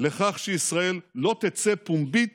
לכך שישראל לא תצא פומבית